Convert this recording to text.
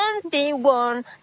twenty-one